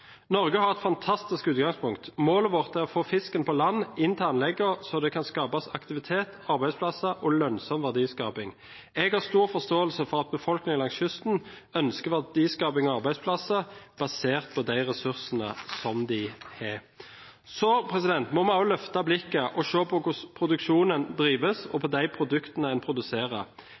Norge har et fantastisk utgangspunkt. Målet vårt er å få fisken på land, inn til anleggene så det kan skapes aktivitet, arbeidsplasser og lønnsom verdiskaping. Jeg har stor forståelse for at befolkningen langs kysten ønsker verdiskaping og arbeidsplasser basert på de ressursene de har. Så må vi også løfte blikket og se på hvordan produksjonen drives og på de produktene en produserer.